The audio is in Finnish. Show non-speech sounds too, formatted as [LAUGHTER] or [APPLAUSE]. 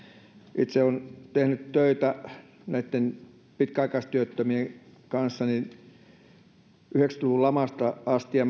itse olen tehnyt töitä näitten pitkäaikaistyöttömien kanssa yhdeksänkymmentä luvun lamasta asti ja [UNINTELLIGIBLE]